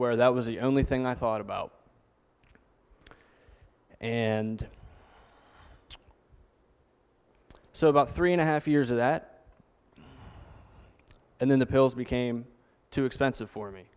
where that was the only thing i thought about and so about three and a half years of that and then the pills became too expensive for me